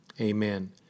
Amen